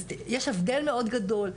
אז יש הבדל מאוד גדול,